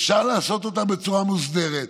ואפשר לעשות אותם בצורה מוסדרת.